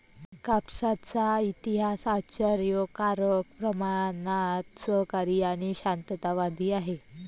कापसाचा इतिहास आश्चर्यकारक प्रमाणात सहकारी आणि शांततावादी आहे